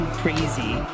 crazy